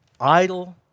idle